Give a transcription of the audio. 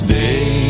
day